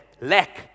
lack